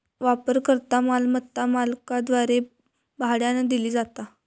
वापरकर्ता मालमत्ता मालकाद्वारे भाड्यानं दिली जाता